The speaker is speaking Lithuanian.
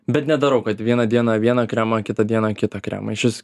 bet nedarau kad vieną dieną vieną kremą kitą dieną kitą kremą iš vis